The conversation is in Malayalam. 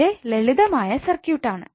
വളരെ ലളിതമായ സർക്യൂട്ടാണ്